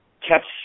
kept